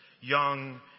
Young